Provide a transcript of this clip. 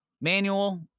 Manual